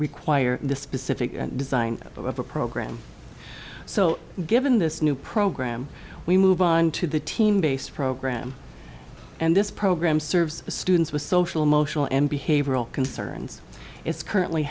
require the specific design of a program so given this new program we move on to the team based program and this program serves students with social emotional and behavioral concerns it's currently